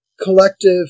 collective